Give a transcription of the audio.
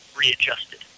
readjusted